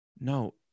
No